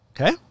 Okay